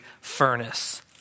furnace